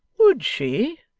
would she?